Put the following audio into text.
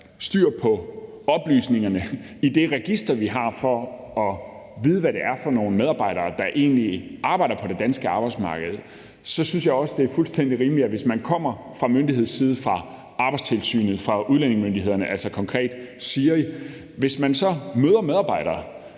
styr på oplysningerne i det register, vi har, for, hvad det er for nogle medarbejdere, der egentlig arbejder på det danske arbejdsmarked, er, og det synes jeg også er fuldstændig rimeligt, at hvis man kommer fra myndighedsside, fra Arbejdstilsynet eller fra udlændingemyndighederne, altså konkret SIRI, og møder medarbejdere,